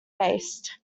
based